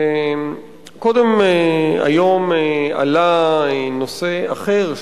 קודם היום עלה נושא אחר,